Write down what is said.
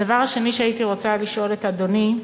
הדבר השני שהייתי רוצה לשאול את אדוני,